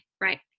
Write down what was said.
right